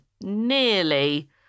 nearly